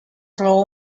raw